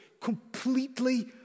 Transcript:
completely